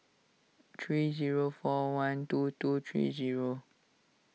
three zero four one two two three zero